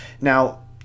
Now